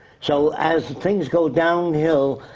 so as things go downhill,